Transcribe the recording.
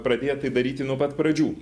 pradėję tai daryti nuo pat pradžių